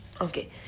Okay